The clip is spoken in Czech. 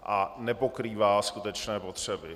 A nepokrývá skutečné potřeby.